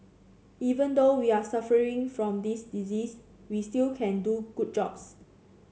even though we are suffering from this disease we still can do good jobs